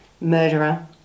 murderer